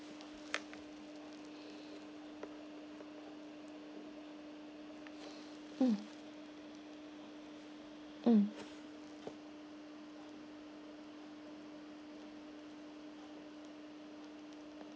mm um